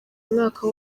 umwaka